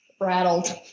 Rattled